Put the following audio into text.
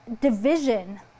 division